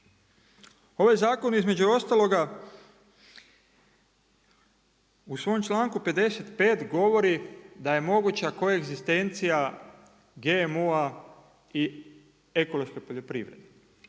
Ovaj zakon između ostaloga u svom članku 55. govori da je moguća koja egzistencija GMO-a i ekološke poljoprivrede.